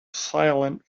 silent